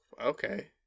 okay